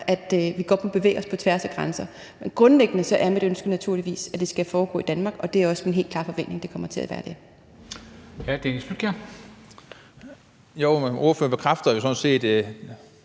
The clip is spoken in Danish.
at vi godt må bevæge os på tværs af grænserne. Men grundlæggende er mit ønske naturligvis, at det skal foregå i Danmark, og det er også min helt klare forventning, at det kommer til at gøre det. Kl. 10:49 Formanden (Henrik Dam Kristensen):